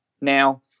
now